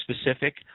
specific